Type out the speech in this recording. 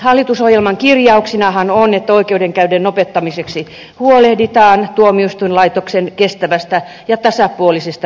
hallitusohjelman kirjauksenahan on että oikeudenkäynnin nopeuttamiseksi huolehditaan tuomioistuinlaitoksen kestävästä ja tasapuolisesta resursoinnista